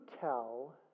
tell